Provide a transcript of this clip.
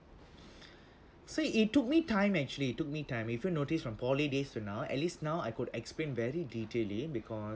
so it took me time actually took me time if you notice from poly days to now at least now I could explain very detailedly because